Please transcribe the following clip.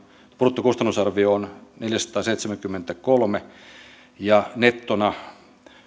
bruttokustannusarvio on neljäsataaseitsemänkymmentäkolme miljoonaa ja nettona se on